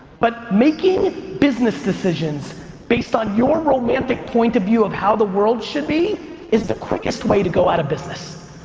but making business decisions based on your romantic point of view of how the world should be is the quickest way to go out of business.